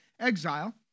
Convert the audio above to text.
exile